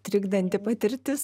trikdanti patirtis